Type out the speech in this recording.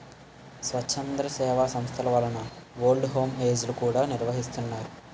స్వచ్ఛంద సేవా సంస్థల వలన ఓల్డ్ హోమ్ ఏజ్ లు కూడా నిర్వహిస్తున్నారు